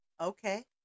Okay